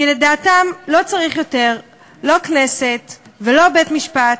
כי לדעתם לא צריך יותר לא כנסת ולא בית-משפט,